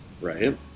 right